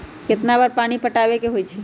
कितना बार पानी पटावे के होई छाई?